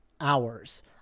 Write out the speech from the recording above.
hours